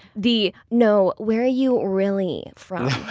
the no, where are you really from?